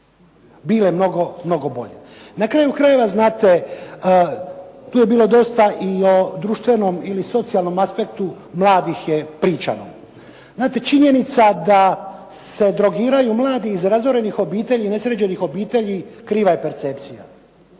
bile mnogo bolje. Na kraju krajeva znate tu je bilo dosta i o društvenom ili socijalnom aspektu mladih pričano. Znate, činjenica da se drogiraju mladi iz razorenih obitelji i nesređenih obitelji kriva je percepcija.